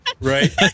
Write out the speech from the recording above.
Right